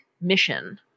mission